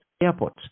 airport